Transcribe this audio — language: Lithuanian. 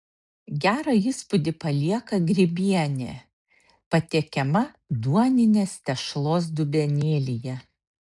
gerą įspūdį palieka grybienė patiekiama duoninės tešlos dubenėlyje